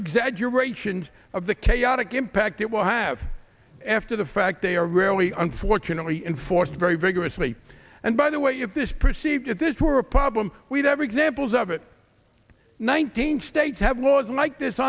exaggerations of the chaotic impact it will have after the fact they are rarely unfortunately enforced very vigorously and by the way if this perceived at this were a problem we'd ever examples of it nineteen states have laws like this